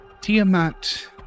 Tiamat